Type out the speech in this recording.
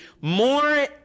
more